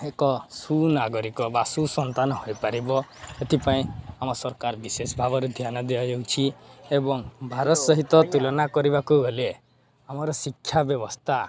ଏକ ସୁନାଗରିକ ବା ସୁସନ୍ତାନ ହୋଇପାରିବ ସେଥିପାଇଁ ଆମ ସରକାର ବିଶେଷ ଭାବରେ ଧ୍ୟାନ ଦିଆଯାଉଛି ଏବଂ ଭାରତ ସହିତ ତୁଳନା କରିବାକୁ ଗଲେ ଆମର ଶିକ୍ଷା ବ୍ୟବସ୍ଥା